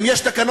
ואם יש תקנות,